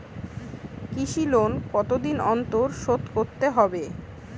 কৃষি লোন কতদিন অন্তর শোধ করতে হবে?